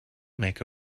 make